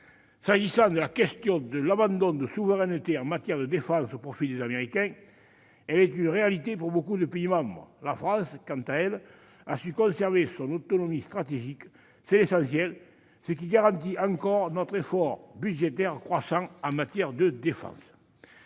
de l'Europe. L'abandon de souveraineté en matière de défense au profit des Américains est une réalité pour beaucoup de pays membres. La France, quant à elle, a su conserver son autonomie stratégique- c'est l'essentiel -, que garantit encore notre effort budgétaire croissant en matière de défense.